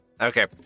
Okay